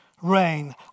rain